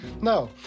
No